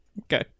okay